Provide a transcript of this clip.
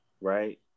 right